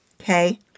Okay